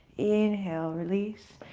inhale, release.